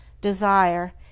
desire